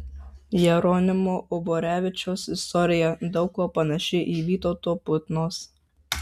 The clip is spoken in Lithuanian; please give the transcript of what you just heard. jeronimo uborevičiaus istorija daug kuo panaši į vytauto putnos